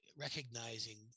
Recognizing